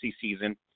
season